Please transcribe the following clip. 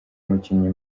mukinnyi